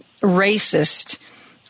racist